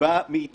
הוא בא מאתנו,